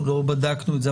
לא בדקנו את זה,